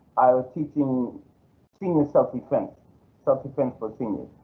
i was teaching senior self-defense self-defense for seniors.